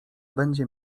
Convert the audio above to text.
będzie